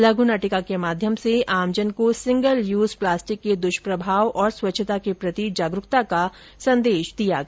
लघु नाटिका के माध्यम से आमजन को सिंगल युज प्लास्टिक के दुष्प्रभाव और स्वच्छता के प्रति जागरूकता का संदेश दिया गया